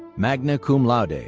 magna cum laude. ah